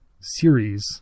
series